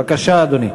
בבקשה, אדוני.